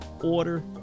Order